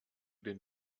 den